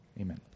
Amen